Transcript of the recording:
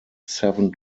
seven